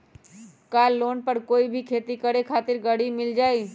का लोन पर कोई भी खेती करें खातिर गरी मिल जाइ?